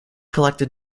collected